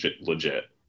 legit